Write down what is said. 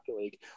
league